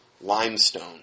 limestone